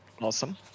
Awesome